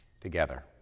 Together